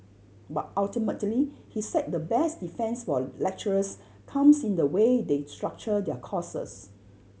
but ultimately he said the best defence for lecturers comes in the way they structure their courses